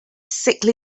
sickly